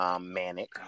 Manic